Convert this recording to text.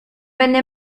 venne